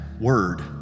word